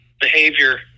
behavior